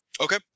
Okay